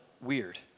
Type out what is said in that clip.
weird